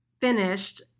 finished